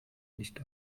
nicht